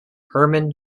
hermann